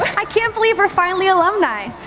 i can't believe we're finally alumni.